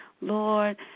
lord